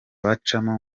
bacamo